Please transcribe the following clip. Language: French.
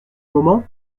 moment